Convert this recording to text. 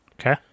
Okay